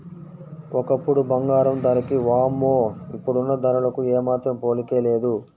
ఒకప్పుడు బంగారం ధరకి వామ్మో ఇప్పుడున్న ధరలకు ఏమాత్రం పోలికే లేదు